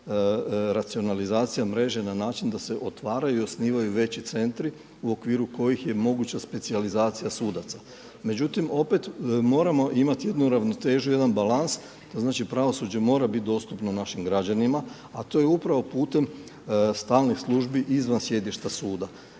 racionalizacija mreže na način da se otvaraju i osnivaju veći centri u okviru kojih je moguća specijalizacija sudaca. Međutim, opet moramo imati jednu ravnotežu, jedan balans, to znači pravosuđe mora bit dostupno našim građanima, a to je upravo putem stalnih službi izvan sjedišta suda.